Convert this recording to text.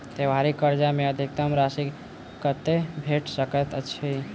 त्योहारी कर्जा मे अधिकतम राशि कत्ते भेट सकय छई?